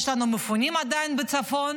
יש לנו עדיין מפונים בצפון,